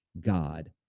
God